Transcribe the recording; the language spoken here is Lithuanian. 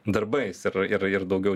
darbais ir ir ir daugiau